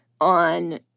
on